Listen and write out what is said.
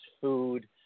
food